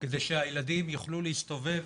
כדי שהילדים יוכלו להסתובב